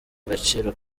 agaciro